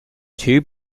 two